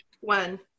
One